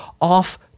off